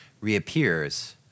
reappears